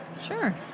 sure